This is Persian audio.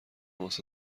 واسه